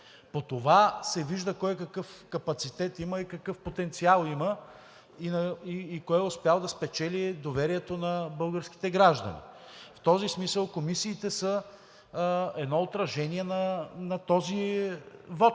По това се вижда кой какъв капацитет и потенциал има и кой е успял да спечели доверието на българските граждани. В този смисъл комисиите са едно отражение на този вот,